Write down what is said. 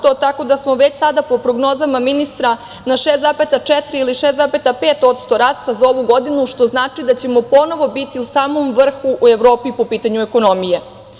Tako da smo već sada, po prognozama ministra, na 6,4% ili 6,5% rasta za ovu godinu, što znači da ćemo ponovo biti u samom vrhu u Evropi po pitanju ekonomije.